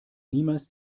niemals